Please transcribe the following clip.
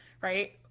Right